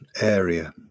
area